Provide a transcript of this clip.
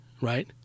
right